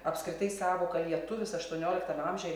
apskritai sąvoka lietuvis aštuonioliktame amžiuje